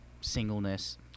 singleness